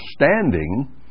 understanding